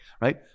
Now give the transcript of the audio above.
right